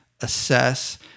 assess